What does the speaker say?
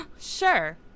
Sure